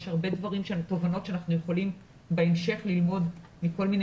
יש הרבה דברים שהם תובנות שאנחנו יכולים בהמשך ללמוד מכל מיני